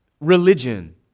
religion